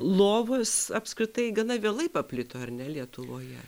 lovos apskritai gana vėlai paplito ar ne lietuvoje